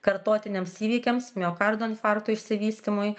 kartotiniams įvykiams miokardo infarkto išsivystymui